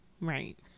Right